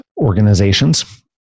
organizations